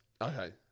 okay